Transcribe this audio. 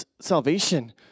salvation